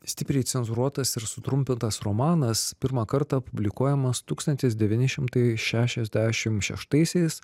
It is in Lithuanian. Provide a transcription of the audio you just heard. stipriai cenzūruotas ir sutrumpintas romanas pirmą kartą publikuojamas tūkstantis devyni šimtai šešiasdešim šeštaisiais